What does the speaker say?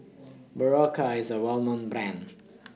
Berocca IS A Well known Brand